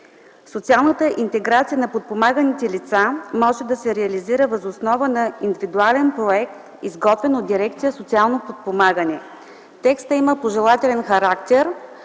„Социалната интеграция на подпомаганите лица може да се реализира въз основа на индивидуален проект, изготвен от дирекция „Социално подпомагане”.” Текстът има пожелателен характер.